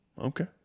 Okay